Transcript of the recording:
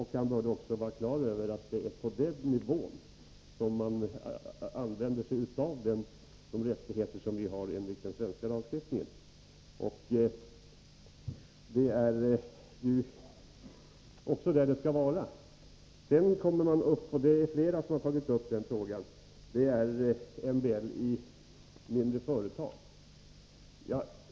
Han bör därför vara på det klara med att det är på den nivån som man använder sig av de rättigheter som finns enligt den svenska lagstiftningen. Det är också där som det skall ske. Det är flera talare som har tagit upp frågan om MBL i mindre företag.